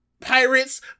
pirates